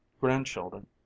grandchildren